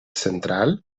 central